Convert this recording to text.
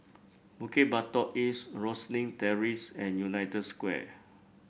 Bukit Batok East Rosyth Terrace and United Square